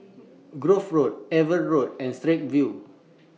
Grove Road AVA Road and Straits View